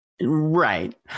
Right